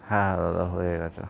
হ্যাঁ হ্যাঁ দাদা হয়ে গেছে